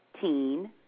Teen